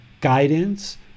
guidance